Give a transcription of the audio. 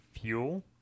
fuel